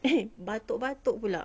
eh batuk-batuk pula